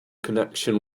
connection